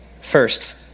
First